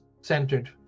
centered